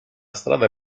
strada